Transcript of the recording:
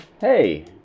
Hey